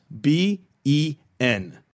B-E-N